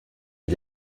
est